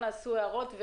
אז